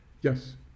yes